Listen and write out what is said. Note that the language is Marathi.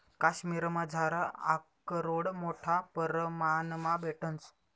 काश्मिरमझार आकरोड मोठा परमाणमा भेटंस